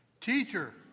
Teacher